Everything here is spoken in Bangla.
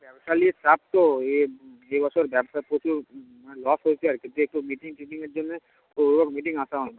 ব্যবসালির কাজ তো এ এ বছর ব্যবসায় প্রচুর মানে লস হয়েছে আর কি যেহেতু মিটিং টিটিংয়ের জন্য ওর মিটিংয়ে আসা হয়নি